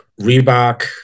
Reebok